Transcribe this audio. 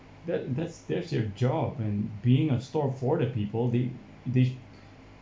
that that's that's your job and being a store for the people they they